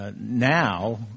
Now